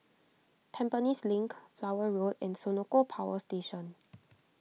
Tampines Link Flower Road and Senoko Power Station